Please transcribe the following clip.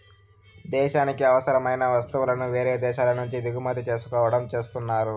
దేశానికి అవసరమైన వస్తువులను వేరే దేశాల నుంచి దిగుమతి చేసుకోవడం చేస్తున్నారు